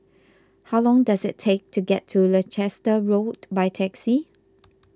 how long does it take to get to Leicester Road by taxi